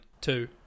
two